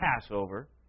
Passover